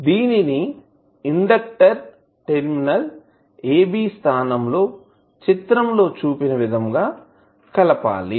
దీనిని inductor terminal AB స్థానం లో చిత్రం లో చూపిన విధంగా కలపాలి